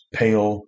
pale